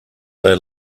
they